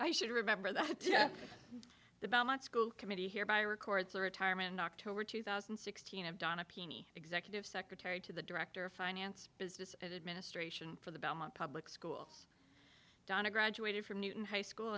i should remember that the belmont school committee here buy records retirement in october two thousand and sixteen of donna peny executive secretary to the director of finance business administration for the belmont public schools donna graduated from newton high school